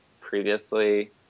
previously